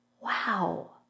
wow